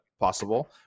possible